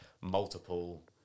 multiple